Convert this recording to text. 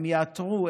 הן יעתרו,